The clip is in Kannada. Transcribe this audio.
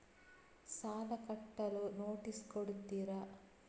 ಸಾಲ ಕಟ್ಟಲು ನೋಟಿಸ್ ಕೊಡುತ್ತೀರ?